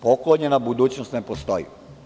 Poklonjena budućnost ne postoji.